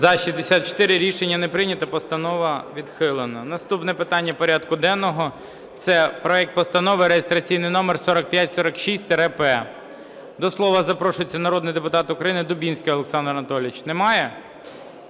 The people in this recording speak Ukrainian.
Рішення не прийнято. Постанова відхилена. Наступне питання порядку денного – це проект Постанови реєстраційний номер 4546-П. До слова запрошується народний депутат України Дубінський Олександр Анатолійович. Немає?